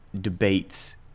debates